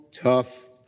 tough